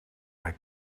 haar